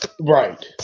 Right